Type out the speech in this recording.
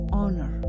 honor